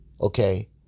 Okay